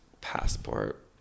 passport